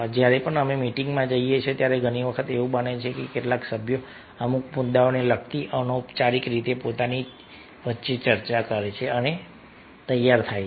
જ્યારે પણ અમે મીટિંગમાં જઈએ છીએ ત્યારે ઘણી વખત એવું બને છે કે કેટલાક સભ્યો અમુક મુદ્દાઓને લગતી અનૌપચારિક રીતે પોતાની વચ્ચે ચર્ચા કરે છે અને તૈયાર થાય છે